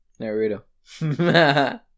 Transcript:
Naruto